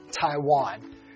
Taiwan